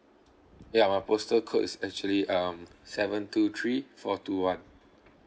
ya my postal code is actually um seven two three four two one